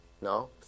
No